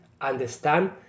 understand